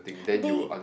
they